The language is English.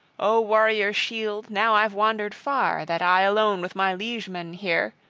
o warriors'-shield, now i've wandered far, that i alone with my liegemen here,